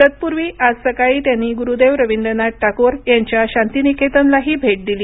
तत्पूर्वी आज सकाळी त्यांनी गुरुदेव रवींद्रनाथ टागोर यांच्या शांतिनिकेतनलाही भेट दिली